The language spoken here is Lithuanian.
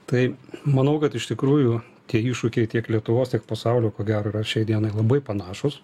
tai manau kad iš tikrųjų tie iššūkiai tiek lietuvos tiek pasaulio ko gero ir yra šiai dienai labai panašūs